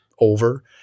over